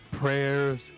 prayers